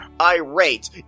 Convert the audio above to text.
irate